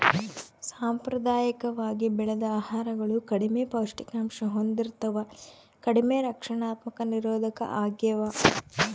ಸಾಂಪ್ರದಾಯಿಕವಾಗಿ ಬೆಳೆದ ಆಹಾರಗಳು ಕಡಿಮೆ ಪೌಷ್ಟಿಕಾಂಶ ಹೊಂದಿರ್ತವ ಕಡಿಮೆ ರಕ್ಷಣಾತ್ಮಕ ನಿರೋಧಕ ಆಗ್ಯವ